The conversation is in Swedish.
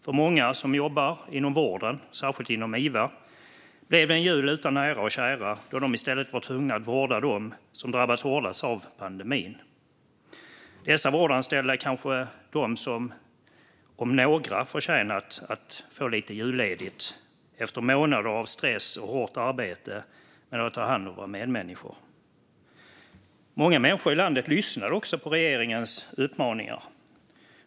För många som jobbar inom vården, särskilt inom iva, blev det en jul utan nära och kära då de i stället var tvungna att vårda dem som drabbats hårdast av pandemin. Dessa vårdanställda är kanske de som om några förtjänar att få lite julledigt efter månader av stress och hårt arbete med att ta hand om våra medmänniskor. Många människor i landet lyssnade på regeringens uppmaningar.